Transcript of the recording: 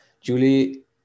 julie